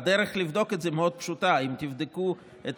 הדרך לבדוק את זה מאוד פשוטה: אם תבדקו את